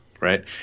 right